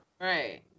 Right